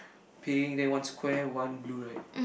pink then one square one blue right